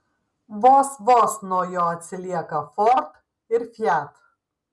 vos vos nuo jo atsilieka ford ir fiat